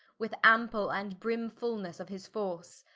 with ample and brim fulnesse of his force,